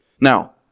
Now